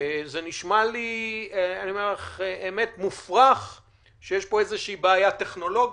האמת, זה נשמע לי מופרך שיש בעיה טכנולוגית,